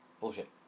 Bullshit